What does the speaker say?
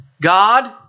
God